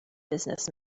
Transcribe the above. business